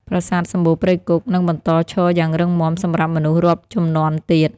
ប្រាសាទសំបូរព្រៃគុក នឹងបន្តឈរយ៉ាងរឹងមាំសម្រាប់មនុស្សរាប់ជំនាន់ទៀត។